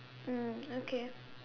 mm okay